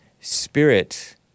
spirit